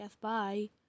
Bye